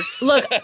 Look